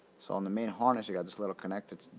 so, on the main harness you got this little connected